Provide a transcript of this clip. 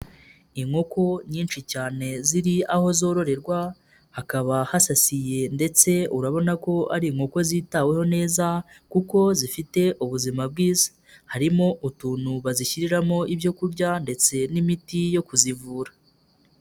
Inkoko nyinshi cyane zi aho zororerwa, hakaba hasasiye ndetse urabona ko ari inkoko zitaweho neza kuko zifite ubuzima bwiza, harimo utunu bazishyiriramo ibyo kurya ndetse n'imiti yo kuzivura.